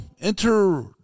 enter